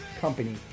company